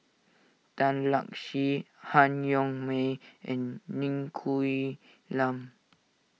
Tan Lark Sye Han Yong May and Ng Quee Lam